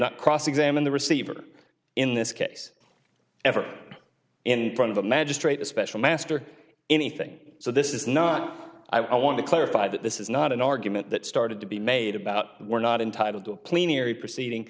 not cross examine the receiver in this case ever in front of a magistrate a special master anything so this is not i want to clarify that this is not an argument that started to be made about we're not entitled to a plenary proceeding